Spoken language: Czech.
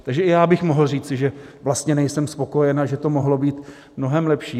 Takže i já bych mohl říci, že vlastně nejsem spokojen a že to mohlo být mnohem lepší.